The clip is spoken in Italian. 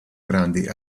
grandi